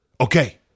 okay